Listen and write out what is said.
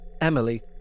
Emily